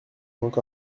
doute